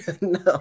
No